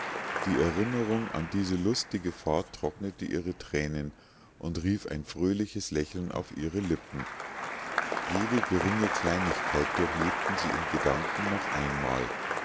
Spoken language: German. die erinnerung an diese lustige fahrt trocknete ihre thränen und rief ein fröhliches lächeln auf ihre lippen jede geringe kleinigkeit durchlebten sie in gedanken noch einmal